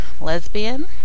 lesbian